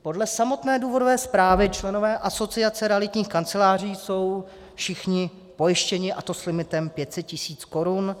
Podle samotné důvodové zprávy členové Asociace realitních kanceláří jsou všichni pojištěni, a to s limitem 500 000 korun.